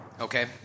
Okay